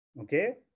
Okay